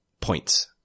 points